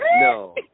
no